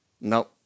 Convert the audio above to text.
No